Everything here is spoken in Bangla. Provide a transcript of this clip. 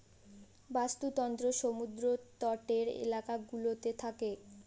বাস্তুতন্ত্র সমুদ্র তটের এলাকা গুলোতে থাকে